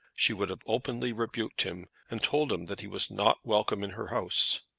she would have openly rebuked him, and told him that he was not welcome in her house.